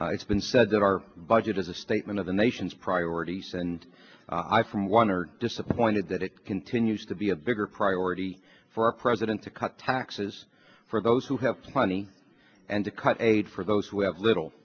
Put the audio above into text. priorities it's been said that our budget is a statement of the nation's priorities and i from one are disappointed that it continues to be a bigger priority for our president to cut taxes for those who have money and to cut aid for those who have little